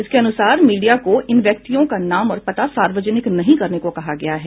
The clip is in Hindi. इसके अनुसार मीडिया को इन व्यक्तियों का नाम और पता सार्वजनिक नहीं करने को कहा गया है